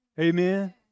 Amen